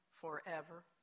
forever